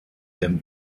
them